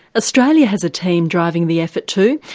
australia has a team driving the effort, too,